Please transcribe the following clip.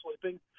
sleeping